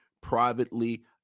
privately